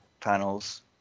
panels